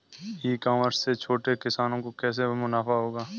ई commerce से छोटे किसानों को कैसे मुनाफा होगा?